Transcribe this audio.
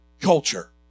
culture